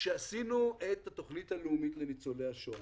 כשעשינו את התכנית הלאומית לניצולי השואה,